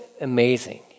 amazing